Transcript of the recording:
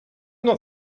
not